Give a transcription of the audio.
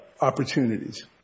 opportunities